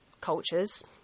cultures